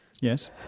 Yes